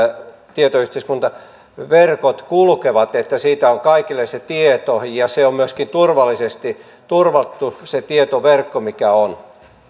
tietoyhteiskuntaverkot kulkevat että siitä on kaikille se tieto ja on myöskin turvattu se tietoverkko mikä on